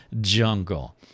jungle